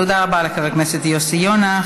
תודה רבה לחבר הכנסת יוסי יונה.